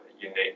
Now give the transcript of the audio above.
unique